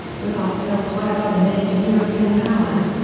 rebuffed elsewhere by the major european powers,